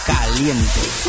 caliente